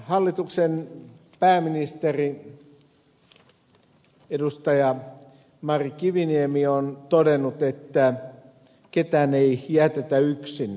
hallituksen pääministeri mari kiviniemi on todennut että ketään ei jätetä yksin